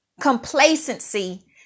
complacency